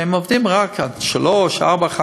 שעובדים רק עד 16:00-15:00.